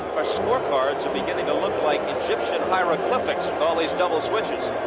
our scorecards are beginning to look like egyptian hieroglyphics with all these double switches.